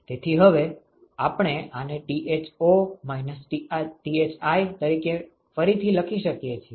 તેથી હવે આપણે આને Tho - Thi તરીકે ફરીથી લખી શકીએ છીએ